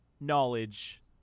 knowledge